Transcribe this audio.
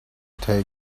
take